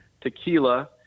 tequila